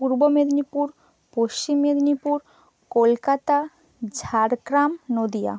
Purba Medinipur Paschim Medinipur Kolkata Jhargram Nadia